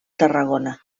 tarragona